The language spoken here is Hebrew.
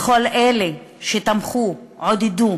לכל אלה שתמכו, עודדו